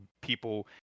people